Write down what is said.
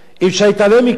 אי-אפשר להתעלם מכך.